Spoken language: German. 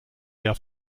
der